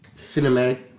Cinematic